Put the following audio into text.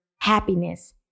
happiness